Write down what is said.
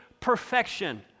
perfection